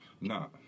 no